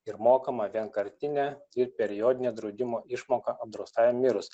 ir mokama vienkartinė ir periodinė draudimo išmoka apdraustajam mirus